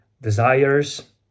desires